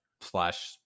slash